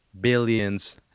billions